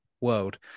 world